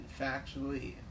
factually